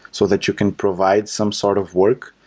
so that you can provide some sort of work.